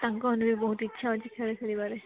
ତାଙ୍କମାନଙ୍କର ବି ବହୁତ ଇଛା ଅଛି ଖେଳ ଖେଳିବାରେ